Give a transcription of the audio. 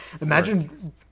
Imagine